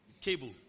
cable